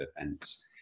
events